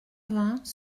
vingts